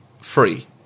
free